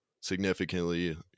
significantly